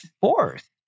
fourth